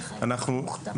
במסגרת תכנית הגפ"ן,